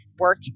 work